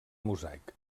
mosaic